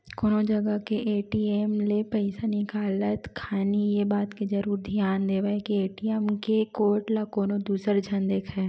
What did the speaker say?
कोनो जगा के ए.टी.एम ले पइसा निकालत खानी ये बात के जरुर धियान देवय के ए.टी.एम के कोड ल कोनो दूसर झन देखय